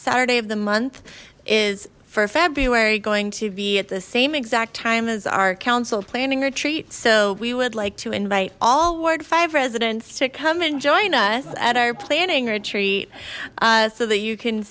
saturday of the month is for february going to be at the same exact time as our council planning retreat so we would like to invite all ward five residents to come and join us at our planning retreat so that you can